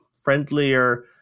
friendlier